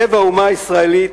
לב האומה הישראלית,